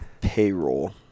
payroll